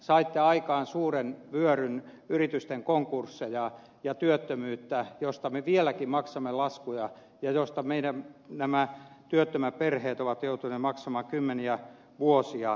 saitte aikaan suuren vyöryn yritysten konkurs seja ja työttömyyttä mistä me vieläkin maksamme laskuja joita meidän työttömät perheemme ovat joutuneet maksamaan kymmeniä vuosia